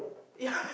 yeah